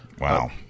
Wow